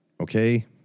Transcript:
okay